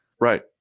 Right